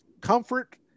Comfort